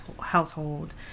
household